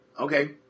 Okay